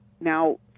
Now